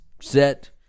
set